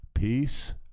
Peace